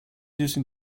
using